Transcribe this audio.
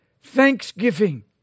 Thanksgiving